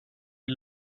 les